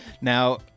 now